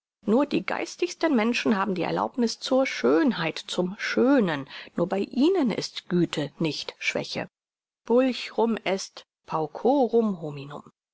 nur die geistigsten menschen haben die erlaubniß zur schönheit zum schönen nur bei ihnen ist güte nicht schwäche pulchrum est paucorum hominum